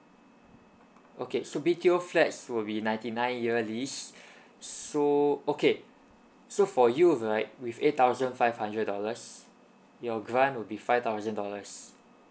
okay so B_T_O flats will be ninety nine year lease so okay so for you right with eight thousand five hundred dollars your grant will be five thousand dollars